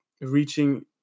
reaching